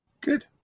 Good